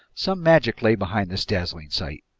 some magic lay behind this dazzling sight!